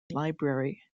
library